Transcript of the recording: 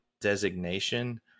designation